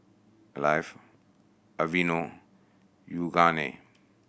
Alive Aveeno Yoogane